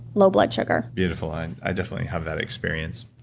low blood sugar beautiful. i and i definitely have that experience.